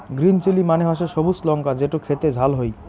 green chilli মানে হসে সবুজ লঙ্কা যেটো খেতে ঝাল হই